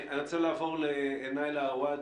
אני רוצה לעבור לנאילה עואד,